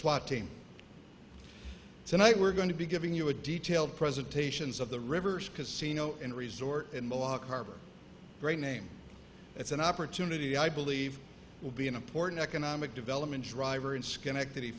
swat team tonight we're going to be giving you a detailed presentations of the rivers casino and resort in block harbor great name it's an opportunity i believe will be an important economic development driver in schenectady